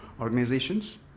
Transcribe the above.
organizations